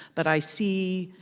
but i see,